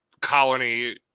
colony